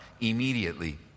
immediately